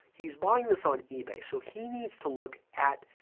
he's buying this on ebay, so he needs to look at,